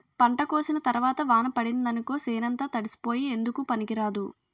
పంట కోసిన తరవాత వాన పడిందనుకో సేనంతా తడిసిపోయి ఎందుకూ పనికిరాదు